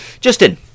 Justin